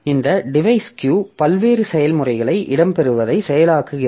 இந்த device queue பல்வேறு செயல்முறைகளை இடம்பெயர்வதை செயலாக்குகிறது